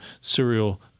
serial